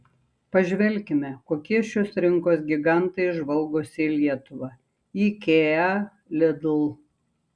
pažvelkime kokie šios rinkos gigantai žvalgosi į lietuvą ikea lidl